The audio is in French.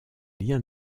lien